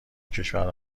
کشورها